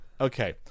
Okay